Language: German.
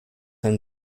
ein